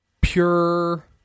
pure